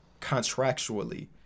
Contractually